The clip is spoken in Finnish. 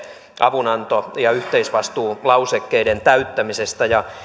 avunanto ja yhteisvastuulausekkeiden täyttämisestä